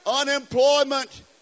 Unemployment